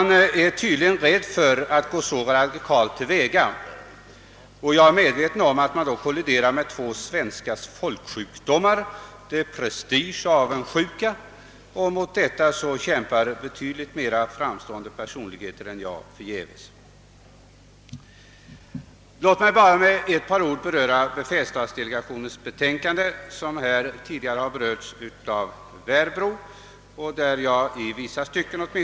Men tydligen är man rädd för att gå så radikalt till väga. Jag är medveten om att man då skulle kollidera med två svenska folksjukdomar: prestige och avundsjuka. Mot dessa kämpar betydligt mera framstående personligheter än jag förgäves. Med några ord vill jag också anknyta till befälsstatdelegationens betänkande, som Kungl. Maj:t gett riksdagen tillfälle att yttra sig om.